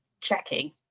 checking